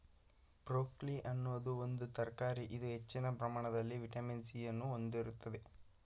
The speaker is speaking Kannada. ಬ್ರೊಕೊಲಿ ಅನ್ನೋದು ಒಂದು ತರಕಾರಿ ಇದು ಹೆಚ್ಚಿನ ಪ್ರಮಾಣದಲ್ಲಿ ವಿಟಮಿನ್ ಸಿ ಅನ್ನು ಹೊಂದಿರ್ತದೆ